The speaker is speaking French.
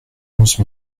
onze